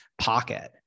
pocket